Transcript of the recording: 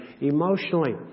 emotionally